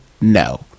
no